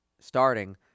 starting